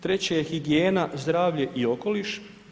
Treće je higijena, zdravlje i okoliš.